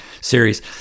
series